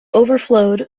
overflowed